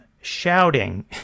shouting